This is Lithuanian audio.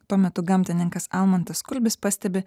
tuo metu gamtininkas almantas kulbis pastebi